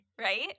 right